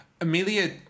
Amelia